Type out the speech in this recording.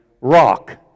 rock